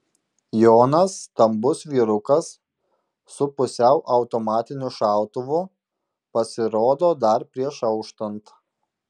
jonas stambus vyrukas su pusiau automatiniu šautuvu pasirodo dar prieš auštant